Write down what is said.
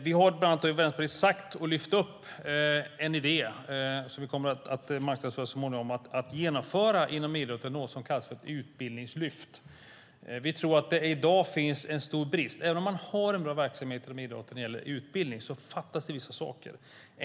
Vi har bland annat i Vänsterpartiet sagt att vi ska lyfta upp och så småningom marknadsföra en idé som vi ska genomföra inom idrotten. Det är någonting som kallas för ett utbildningslyft. Vi tror att det i dag finns en stor brist. Även om man har en bra verksamhet i dag när det gäller utbildning fattas det vissa saker.